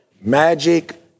Magic